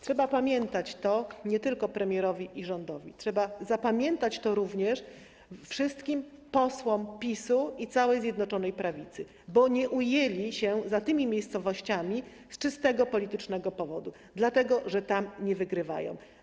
Trzeba zapamiętać to nie tylko premierowi i rządowi, trzeba zapamiętać to również wszystkim posłom PiS i całej Zjednoczonej Prawicy, bo nie ujęli się za tymi miejscowościami z czysto politycznego powodu: dlatego że tam nie wygrywają.